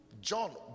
john